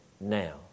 now